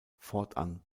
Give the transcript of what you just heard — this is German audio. fortan